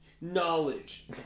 Knowledge